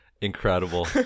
Incredible